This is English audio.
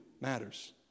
matters